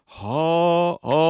ha